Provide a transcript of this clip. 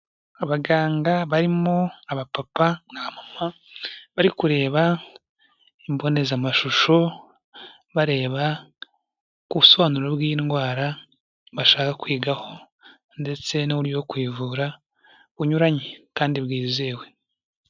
Abaganga barimo abapapa n'abamama bari kureba imbonezamashusho bari kureba ubusobanuro bw'indwara bashaka kwigaho ndetse n'uburyo bwo kuyivura bunyuranye kandi bwizewe.